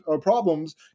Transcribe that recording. problems